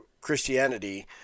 Christianity